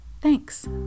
Thanks